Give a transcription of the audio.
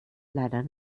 leider